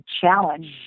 challenge